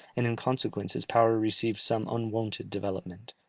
and in consequence his power received some unwonted development.